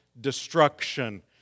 destruction